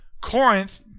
Corinth